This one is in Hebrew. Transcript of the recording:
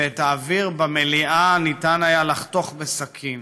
ואת האוויר במליאה ניתן היה לחתוך בסכין.